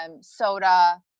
Soda